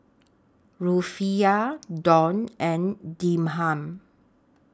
Rufiyaa Dong and Dirham